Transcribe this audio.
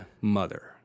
mother